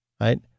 right